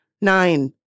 nine